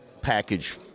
package